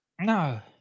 No